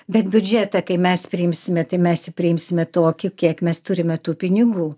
bet biudžetą kai mes priimsime tai mes jį priimsime tokį kiek mes turime tų pinigų